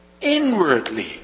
inwardly